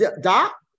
Doc